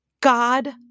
God